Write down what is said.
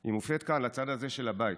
היא מופנית כאן, לצד הזה של הבית: